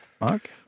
Mark